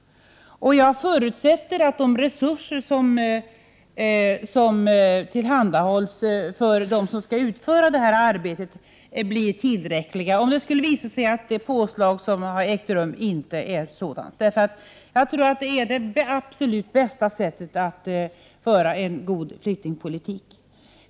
Jag förutsätter att de resurser som tillhandahålls för dem som skall utföra arbetet blir tillräckliga, om det nu skulle visa sig att det påslag som gjorts inte skulle räcka. Jag tror att det är det absolut bästa sättet att föra en god flyktingpolitik.